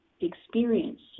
experience